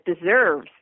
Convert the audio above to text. deserves